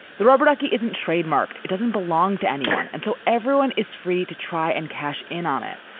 the rubber ducky isn't trademarked. it doesn't belong to anyone. and so everyone is free to try and cash in on it.